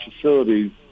facilities